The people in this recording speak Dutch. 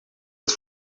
het